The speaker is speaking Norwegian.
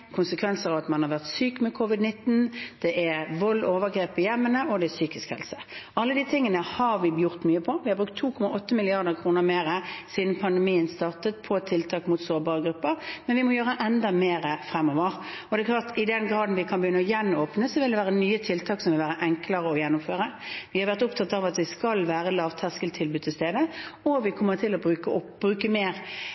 konsekvenser av at man har vært syk med covid-19, vold og overgrep i hjemmene og psykisk helse. Alle de tingene har vi gjort mye på. Vi har brukt 2,8 mrd. kr mer siden pandemien startet på tiltak mot sårbare grupper, men vi må gjøre enda mer fremover. Det er klart at i den grad vi kan begynne å gjenåpne, vil det være nye tiltak som vil være enklere å gjennomføre. Vi har vært opptatt av at det skal være lavterskeltilbud til stede, og vi